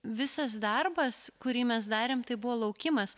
visas darbas kurį mes darėm tai buvo laukimas